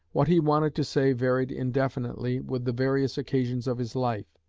what he wanted to say varied indefinitely with the various occasions of his life.